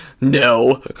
no